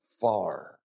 far